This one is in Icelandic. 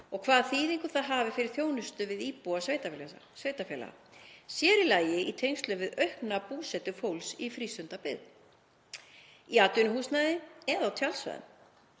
og hvaða þýðingu það hafi fyrir þjónustu við íbúa sveitarfélaga, sér í lagi í tengslum við aukna búsetu fólks í frístundabyggð, í atvinnuhúsnæði eða á tjaldsvæðum.